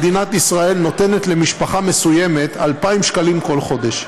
מדינת ישראל נותנת למשפחה מסוימת 2,000 שקלים כל חודש,